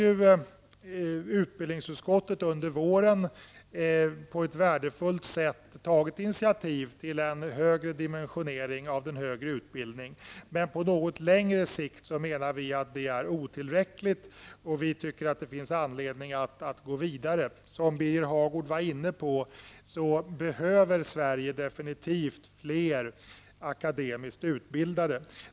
Utbildningsutskottet har under våren på ett värdefullt sätt tagit initiativ till en högre dimensionering av den högre utbildningen. På något längre sikt menar vi dock att det är otillräckligt, och vi menar att det finns anledning att gå vidare. Som Birger Hagård var inne på behöver Sverige fler akademiskt utbildade.